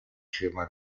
firme